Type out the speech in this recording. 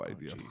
idea